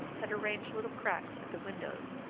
had arranged little cracks at the windows,